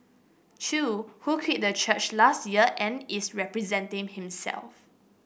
Chew who quit the church last year and is representing himself